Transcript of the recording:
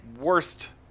worst